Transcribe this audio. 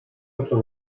otro